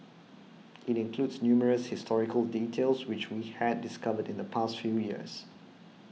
it includes numerous historical details which we had discovered in the past few years